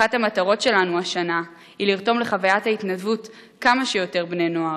אחת המטרות שלנו השנה היא לרתום לחוויות ההתנדבות כמה שיותר בני-נוער,